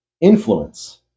influence